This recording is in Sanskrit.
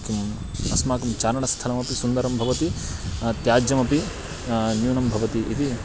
किम् अस्माकं चारणस्थलमपि सुन्दरं भवति त्याज्यमपि न्यूनं भवति इति